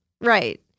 Right